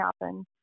happen